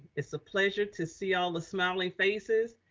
it's a pleasure to see all the smiling faces.